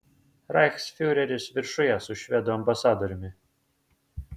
reichsfiureris viršuje su švedų ambasadoriumi